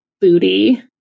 booty